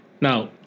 Now